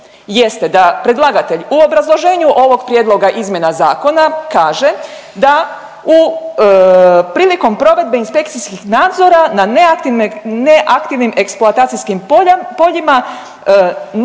jeste da predlagatelj u obrazloženju ovog prijedloga izmjena zakona kaže da u, prilikom provedbe inspekcijskih nadzora na neaktivnim eksploatacijskim poljima nema